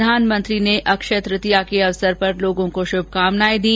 प्रधानमंत्री ने अक्षय तृतीया के अवसर पर लोगों को शुभकामनाएं दी